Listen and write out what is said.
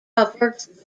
covered